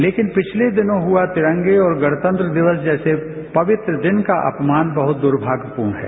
लेकिन पिछले दिनों हुआ तिरंगे और गणतंत्र दिवस जैसे पवित्र दिन का अपमान बहुत द्रभाग्यपूर्ण है